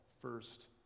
first